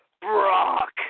Brock